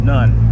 None